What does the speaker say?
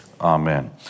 Amen